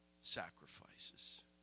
sacrifices